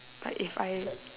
like if I